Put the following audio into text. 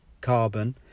carbon